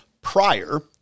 prior